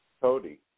Cody